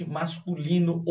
masculino